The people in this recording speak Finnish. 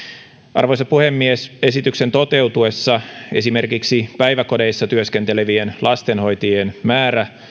arvoisa puhemies esityksen toteutuessa esimerkiksi päiväkodeissa työskentelevien lastenhoitajien määrä